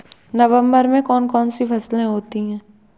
नवंबर में कौन कौन सी फसलें होती हैं?